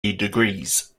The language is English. degrees